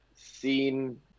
seen